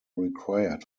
required